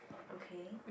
okay